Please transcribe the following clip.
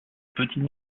petits